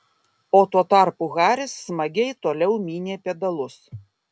o tuo tarpu haris smagiai toliau mynė pedalus